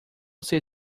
ser